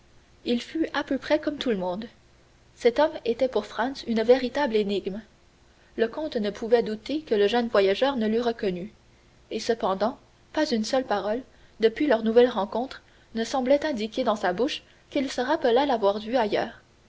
il fut à peu près comme tout le monde cet homme était pour franz une véritable énigme le comte ne pouvait douter que le jeune voyageur ne l'eût reconnu et cependant pas une seule parole depuis leur nouvelle rencontre ne semblait indiquer dans sa bouche qu'il se rappelât l'avoir vu ailleurs